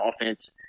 offense